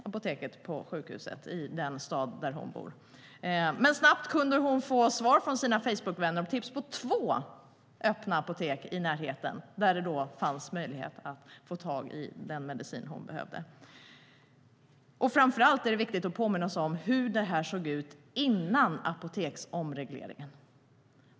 Apoteket på sjukhuset var stängt i den stad där hon bor. Men hon kunde snabbt få svar från sina facebookvänner och fick tips på två öppna apotek i närheten där det fanns möjlighet att få tag i den medicin hon behövde. Framför allt är det viktigt att påminna oss om hur det såg ut före apoteksomregleringen.